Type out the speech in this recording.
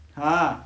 !huh!